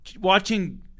watching –